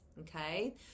Okay